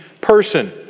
person